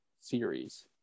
series